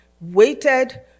waited